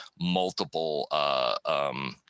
multiple